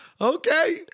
okay